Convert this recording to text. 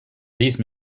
these